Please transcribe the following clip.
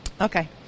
Okay